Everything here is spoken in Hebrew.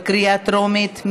בקריאה טרומית.